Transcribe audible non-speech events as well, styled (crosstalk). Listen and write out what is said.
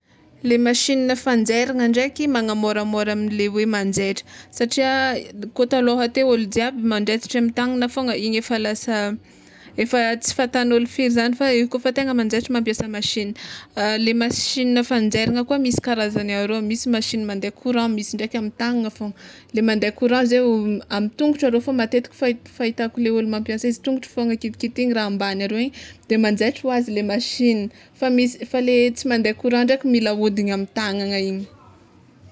Le machine fanjairana ndraiky magnamôramôra le hoe manjetra satria koa talôha teo olo jiaby manjaitry amy tagnana fogna igny efa lasa efa tsy fatan'olo firy zany fa i kôfa tegna manjaitra mampiasa machine, (hesitation) le machine fanjairana koa misy karazany aroa misy machine mande courant, misy ndraiky amy tagnana fôgna, le mande courant zeo amy tongotro arô fô matetiky fahit- fahitako le ôlo mampiasa izy, tongotro fôgna kitikitihigny raha ambany aroa igny de manjaitry hoazy le machine, fa misy fa le tsy mande courant ndraiky mila ahodigny amy tagnagna igny.